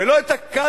ולא את הקאדי,